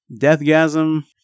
Deathgasm